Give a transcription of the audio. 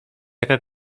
jaka